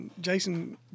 Jason